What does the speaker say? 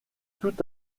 tout